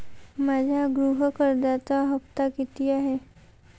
माझ्या गृह कर्जाचा हफ्ता किती आहे?